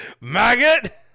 Maggot